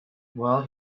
well